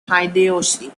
hideyoshi